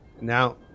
Now